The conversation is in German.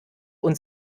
und